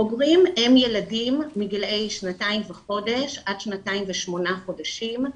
בוגרים הם ילדים מגיל שנתיים וחודש עד שנתיים ושמונה חודשים.